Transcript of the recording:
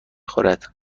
خورد